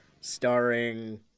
starring